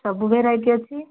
ସବୁ ଭେରାଇଟି ଅଛି